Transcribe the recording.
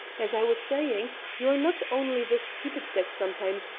as i was saying, you are not only the stupid sex sometimes,